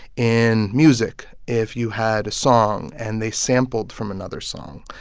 in music, if you had a song and they sampled from another song,